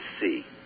see